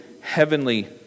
heavenly